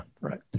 right